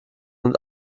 und